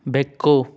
ಬೆಕ್ಕು